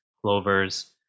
clovers